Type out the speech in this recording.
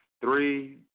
Three